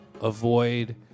avoid